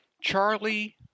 Charlie